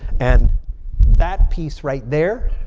and that piece right there.